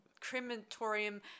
crematorium